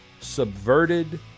subverted